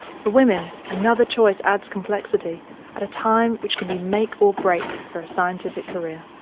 for women, another choice adds complexity at a time which can be make or break for a scientific career.